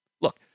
Look